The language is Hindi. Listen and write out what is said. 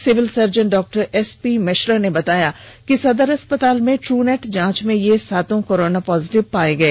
civil surgeon Dr S P Mishra ने बताया कि सदर अस्पताल में ट्रूनेट जांच में यह सातों कोरोना पॉजिटिव पाए गए